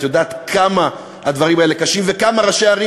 את יודעת כמה הדברים האלה קשים וכמה ראשי ערים